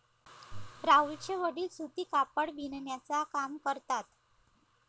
राहुलचे वडील सूती कापड बिनण्याचा काम करतात